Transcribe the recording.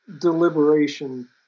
deliberation